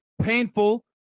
painful